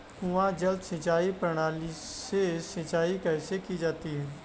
कुआँ जल सिंचाई प्रणाली से सिंचाई कैसे की जाती है?